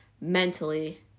mentally